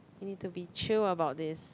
you need to be chill about this